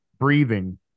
breathing